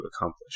accomplish